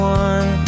one